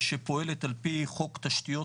שפועלת ע"פ חוק תשתיות,